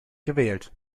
gewählt